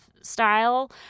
style